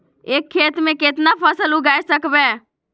एक खेत मे केतना फसल उगाय सकबै?